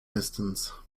distance